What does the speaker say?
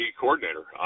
coordinator